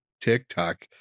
TikTok